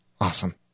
awesome